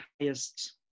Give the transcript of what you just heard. highest